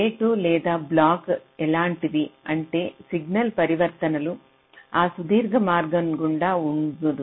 గేట్లు లేదా బ్లాక్లు ఎలాంటివి అంటే సిగ్నల్ పరివర్తనాలు ఆ సుదీర్ఘ మార్గం గుండా ఉండదు